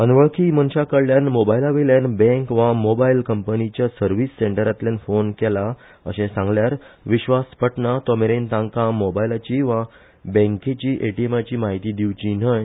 अनवळखी मनशाकडल्यान मोबायलावेल्यान बँक वा मोबायल कंपनीच्या सर्व्हिस सेंटरांतल्यान फोन केला शें सांगल्यार विश्वास पटनां तो मेरेन तांका मोबायलाची वा बँकेची एटीएमाची म्हायती दिवची न्हय